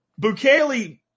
Bukele